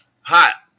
hot